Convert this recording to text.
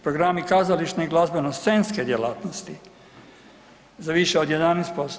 Programi kazališne i glazbeno scenske djelatnosti za više od 11%